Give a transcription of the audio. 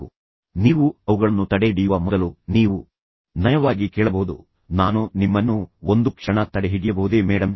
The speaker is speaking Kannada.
ಮೊದಲು ಅನುಮತಿಯನ್ನು ಕೇಳಿ ನೀವು ಅವುಗಳನ್ನು ತಡೆಹಿಡಿಯುವ ಮೊದಲು ನೀವು ನಯವಾಗಿ ಕೇಳಬಹುದು ನಾನು ನಿಮ್ಮನ್ನು ಒಂದು ಕ್ಷಣ ತಡೆಹಿಡಿಯಬಹುದೇ ಮೇಡಮ್